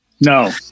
no